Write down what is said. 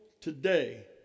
today